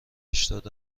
هشتاد